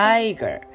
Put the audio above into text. Tiger